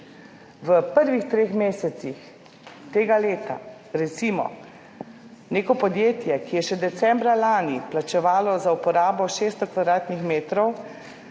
v prvih treh mesecih tega leta, recimo neko podjetje, ki je še decembra lani plačevalo za uporabo 600 kvadratnih metrov